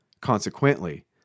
Consequently